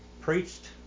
preached